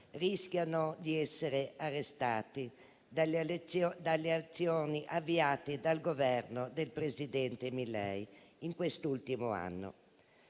rischiano di essere arrestati dalle azioni avviate dal Governo del presidente Milei in quest'ultimo anno.